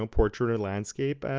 um portrait or landscape.